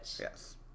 Yes